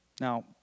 Now